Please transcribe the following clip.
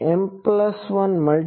તો તે 8